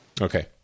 Okay